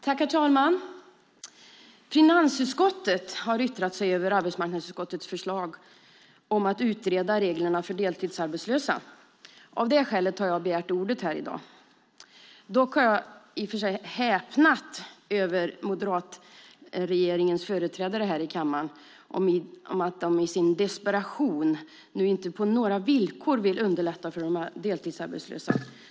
Herr talman! Finansutskottet har yttrat sig över arbetsmarknadsutskottets förslag om att utreda reglerna för deltidsarbetslösa. Av det skälet har jag begärt ordet här i dag. Dock har jag häpnat över moderatregeringens företrädare här i kammaren, att de i sin desperation inte på några villkor vill underlätta för de deltidsarbetslösa.